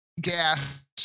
gas